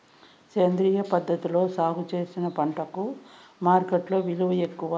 సేంద్రియ పద్ధతిలో సాగు చేసిన పంటలకు మార్కెట్టులో విలువ ఎక్కువ